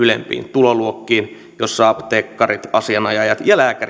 ylempiin tuloluokkiin joissa apteekkarit asianajajat